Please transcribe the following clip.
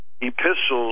epistles